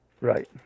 Right